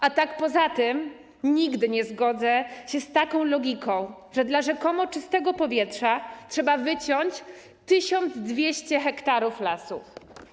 A tak poza tym nigdy nie zgodzę się z taką logiką, że dla rzekomo czystego powietrze trzeba wyciąć 1200 ha lasów.